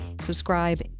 subscribe